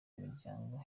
imiryango